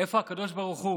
איפה הקדוש ברוך הוא?